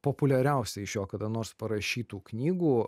populiariausia iš jo kada nors parašytų knygų